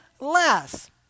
less